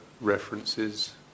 references